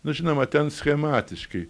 nu žinoma ten schematiškai